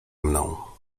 mną